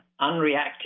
unreactive